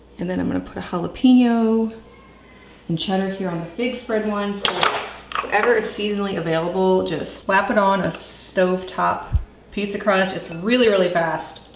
and then i'm gonna put a jalapeno and cheddar here on the fig spread one so whatever is seasonally available just slap it on a stove top pizza crust. it's really really fast.